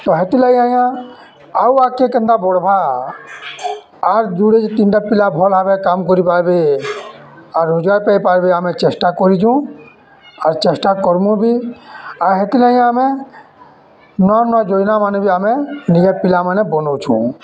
ତ ହେଥିର୍ଲାଗି ଆଜ୍ଞା ଆଉ ଆଗ୍କେ କେନ୍ତା ବଢ଼୍ବା ଆର୍ ଯୁଡ଼େ ତିନ୍ଟା ପିଲା ଭଲ୍ ଭାବେ କାମ୍ କରିପାର୍ବେ ଆର୍ ରୋଜ୍ଗାର୍ ପାଇପାର୍ବେ ଆମେ ଚେଷ୍ଟା କରୁଚୁଁ ଆର୍ ଚେଷ୍ଟା କର୍ମୁ ବି ଆର୍ ହେଥିର୍ଲାଗି ଆମେ ନୂଆ ନୂଆ ଯୋଜ୍ନାମାନେ ବି ଆମେ ନିଜେ ପିଲାମାନେ ବନଉଛୁ